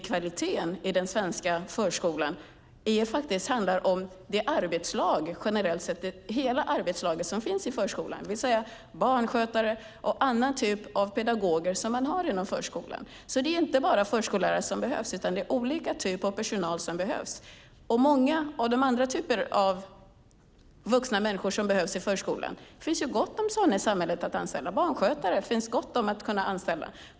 Kvaliteten i den svenska förskolan handlar givetvis om hela arbetslaget som finns i förskolan. Barnskötare och andra typer av pedagoger är också viktiga. Det behövs inte bara förskollärare utan olika typer av personal. Det behövs många vuxna i förskolan, och det finns gott om till exempel barnskötare att anställa.